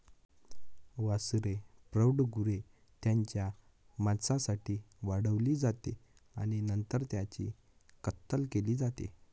वासरे प्रौढ गुरे त्यांच्या मांसासाठी वाढवली जाते आणि नंतर त्यांची कत्तल केली जाते